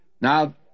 Now